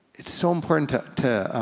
it's so important to